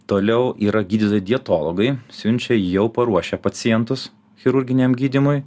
toliau yra gydytojai dietologai siunčia jau paruošia pacientus chirurginiam gydymui